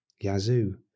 Yazoo